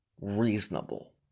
reasonable